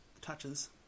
touches